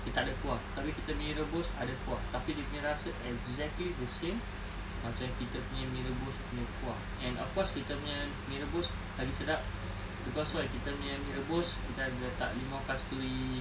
dia tak ada kuah tapi kita mee rebus ada kuah tapi dia punya rasa exactly the same macam kita punya mee rebus punya kuah and of course kita punya mee rebus lagi sedap cause why kita punya mee rebus kita ada letak limau kasturi